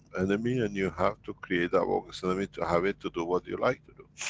enemy, and you have to create that bogus enemy to have it, to do what you like to do.